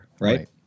right